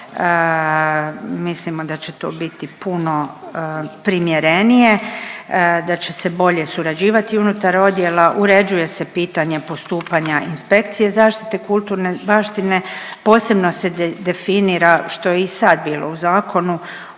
Mislimo da će to biti puno primjerenije, da će se bolje surađivati unutar odjela, uređuje se pitanje postupanja inspekcije zaštite kulturne baštine. Posebno se definira što je i sad bilo u zakonu